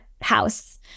house